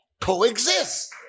coexist